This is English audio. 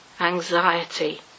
anxiety